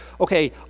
Okay